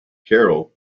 carol